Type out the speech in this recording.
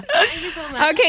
Okay